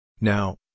Now